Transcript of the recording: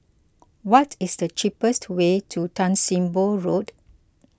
what is the cheapest way to Tan Sim Boh Road